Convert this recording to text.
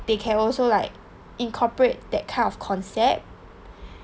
they can also like incorporate that kind of concept